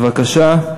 בבקשה.